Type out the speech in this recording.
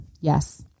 Yes